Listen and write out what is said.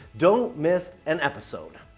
don't miss an episode.